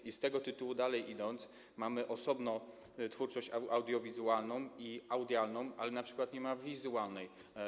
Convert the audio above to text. I z tego tytułu, dalej idąc, mamy osobno twórczość audiowizualną i audialną, ale np. nie ma wizualnej.